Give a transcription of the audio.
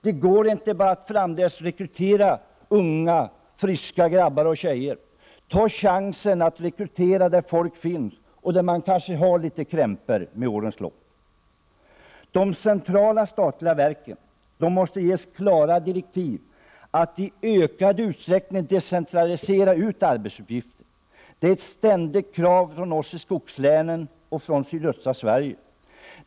Det går inte att framdeles bara rekrytera unga friska pojkar och flickor. Ta chansen att rekrytera där folk finns, även om de kanske har fått litet krämpor under årens lopp. De centrala statliga verken måste ges klara direktiv om att i ökad utsträckning decentralisera arbetsuppgifter. Det är ett ständigt krav från oss i skogslänen och från sydöstra Sverige.